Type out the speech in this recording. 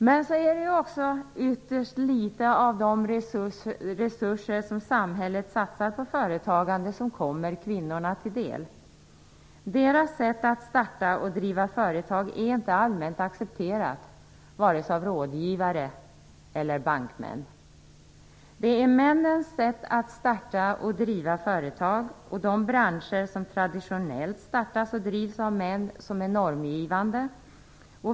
Men så är det ju också ytterst litet av de resurser som samhället satsar på företagande som kommer kvinnorna till del. Deras sätt att starta och driva företag är inte allmänt accepterat, vare sig av rådgivare eller bankmän. Det är männens sätt att starta och driva företag och de branscher som traditionellt startas och drivs av män som är normgivande.